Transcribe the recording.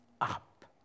up